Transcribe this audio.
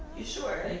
you sure?